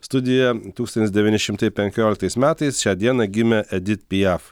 studijoje tūkstantis devyni šimtai penkioliktais metais šią dieną gimė edit piaf